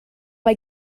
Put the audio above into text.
mae